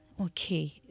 Okay